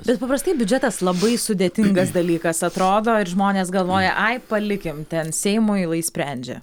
bet paprastai biudžetas labai sudėtingas dalykas atrodo ir žmonės galvoja ai palikim ten seimui lai sprendžia